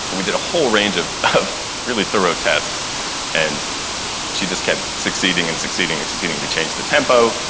we did a whole range of of really thorough tests and she just kept succeeding and succeeding and succeeding. we changed the tempo,